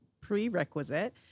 prerequisite